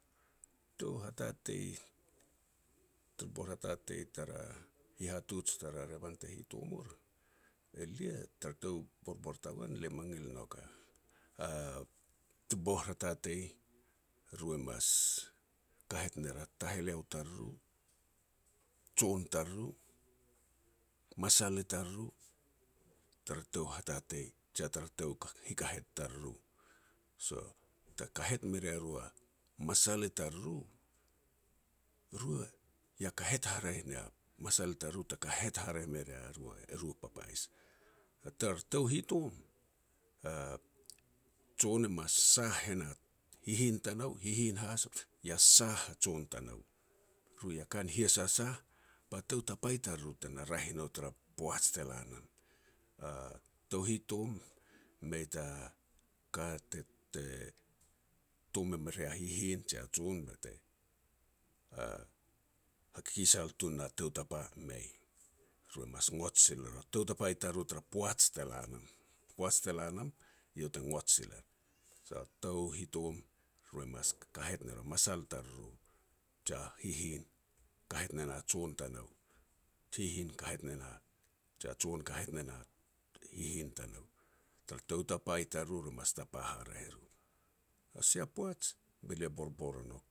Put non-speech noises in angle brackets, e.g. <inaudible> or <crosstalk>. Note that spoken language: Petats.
Tou hatatei, tou bor hatatei tara, hihatuj tara revan te hitom or elia tara tou borbor tagoan lia mangil e nouk a tu bor hatatei, eru mas kahet ner a taheleo tariru, jon tariru, masal i tariru tara tou hatatei, jia tara tou hikahet tariru. So, te kahet me ria ru a masal i tariru, e ru ia kahet haraeh nia a masal tariru ta kahet me rea ru e ru papais. Tara tou hitom, a jon e mas sah e na hihin tanou, hihin has ya sah a jon tanou. Ru ia ka ni hiasasah, ba tou tapa i tariru te raeh i nou tara poaj te la nam. A tou hitom mei ta ka te-te tom me ria hihin je jon bete <hesitation> hakikisal ton na tou tapa, mei. Ru mas ngot sil er a tou tapa i tariru tara poaj te la nam. Poaj te la nam eiau ta ngot sil er. So tou hitom eru mas ka-kahet ner a masal i tariru, jia hihin kahet ne na jon tanou, hihin kahet ne na, jia jon kahet ne na hihin tanou. Tara tou tapa i tariru, ru mas tapa haraeh er. Tara sia poaj, be lia borbor o nouk.